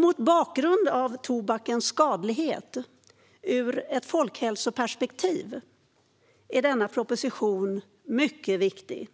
Mot bakgrund av tobakens skadlighet är denna proposition ur ett folkhälsoperspektiv mycket viktig.